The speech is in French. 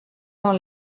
dans